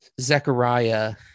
Zechariah